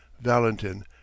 VALENTIN